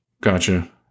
Gotcha